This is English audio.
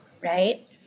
right